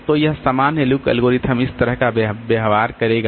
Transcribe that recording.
तो यह सामान्य LOOK एल्गोरिथम इस तरह का व्यवहार करेगा